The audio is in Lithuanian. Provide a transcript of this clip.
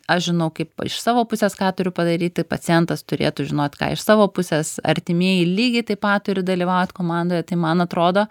aš žinau kaip iš savo pusės ką turiu padaryti pacientas turėtų žinot ką iš savo pusės artimieji lygiai taip pat turi dalyvaut komandoje tai man atrodo